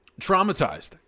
traumatized